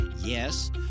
Yes